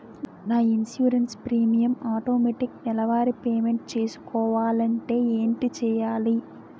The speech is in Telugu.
నా ఇన్సురెన్స్ ప్రీమియం ఆటోమేటిక్ నెలవారి పే మెంట్ చేసుకోవాలంటే ఏంటి చేయాలి?